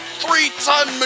three-ton